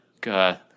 God